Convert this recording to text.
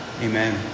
Amen